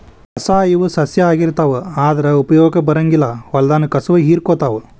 ಕಸಾ ಇವ ಸಸ್ಯಾ ಆಗಿರತಾವ ಆದರ ಉಪಯೋಗಕ್ಕ ಬರಂಗಿಲ್ಲಾ ಹೊಲದಾನ ಕಸುವ ಹೇರಕೊತಾವ